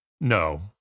no